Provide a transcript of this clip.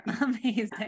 amazing